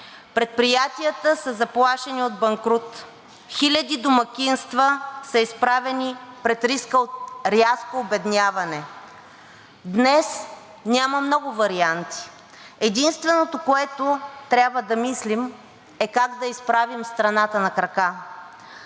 предприятията са заплашени от банкрут, хиляди домакинства са изправени пред риска от рязко обедняване. Днес няма много варианти, а единственото, за което трябва да мислим, е как да изправим страната на крака.